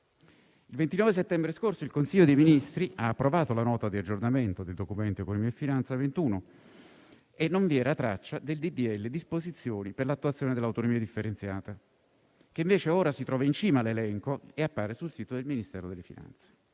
Il 29 settembre scorso il Consiglio dei ministri ha approvato la Nota di aggiornamento del Documento di economia e finanza 2021 e non vi era traccia del provvedimento recante disposizioni per l'attuazione dell'autonomia differenziata, che invece ora si trova in cima all'elenco e appare sul sito del Ministero dell'economia